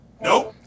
Nope